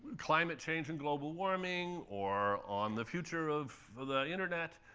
climate change and global warming, or on the future of the internet,